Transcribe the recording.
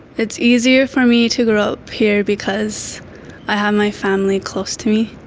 it's easier for me to grow up here, because i have my family close to me.